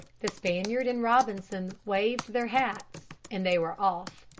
the spaniard and robinson waved their hats and they were off.